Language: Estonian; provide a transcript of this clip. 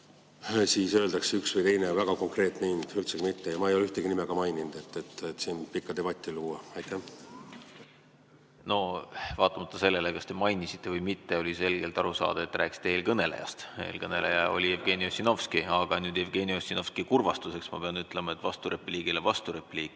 siis öeldakse üks või teine väga konkreetne hind. Üldsegi mitte! Ja ma ei ole ühtegi nime ka maininud, et siin pikka debatti luua. Aitäh! Vaatamata sellele, kas te mainisite või mitte, oli selgelt aru saada, et te rääkisite eelkõnelejast. Eelkõneleja oli Jevgeni Ossinovski. Aga Jevgeni Ossinovski kurvastuseks ma pean ütlema, et vasturepliigile vasturepliiki